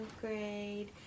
grade